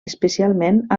especialment